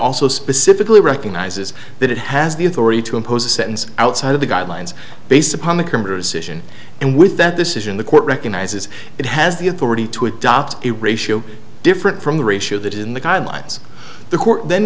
also specifically recognizes that it has the authority to impose a sentence outside of the guidelines based upon the conversation and with that this is in the court recognizes it has the authority to adopt a ratio different from the ratio that in the guidelines the court then